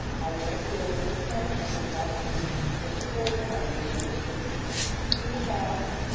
i want to thank and congratulate the four liberian women who have